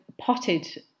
potted